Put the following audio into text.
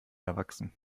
erwachsen